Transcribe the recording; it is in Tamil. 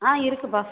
ஆ இருக்குதுப்பா